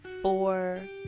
Four